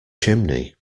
chimney